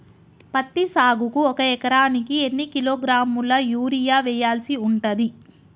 పత్తి సాగుకు ఒక ఎకరానికి ఎన్ని కిలోగ్రాముల యూరియా వెయ్యాల్సి ఉంటది?